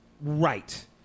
right